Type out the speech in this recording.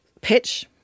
pitch